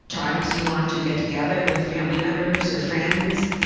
times you want to get together with family members or friends.